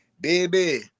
baby